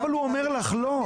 לא, אבל הוא אומר לך לא.